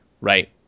right